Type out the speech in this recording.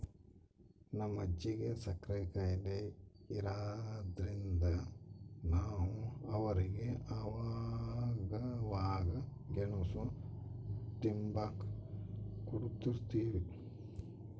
ನಮ್ ಅಜ್ಜಿಗೆ ಸಕ್ರೆ ಖಾಯಿಲೆ ಇರಾದ್ರಿಂದ ನಾವು ಅವ್ರಿಗೆ ಅವಾಗವಾಗ ಗೆಣುಸು ತಿಂಬಾಕ ಕೊಡುತಿರ್ತೀವಿ